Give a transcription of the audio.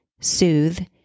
soothe